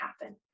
happen